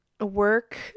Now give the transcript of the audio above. work